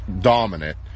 dominant